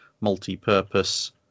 multi-purpose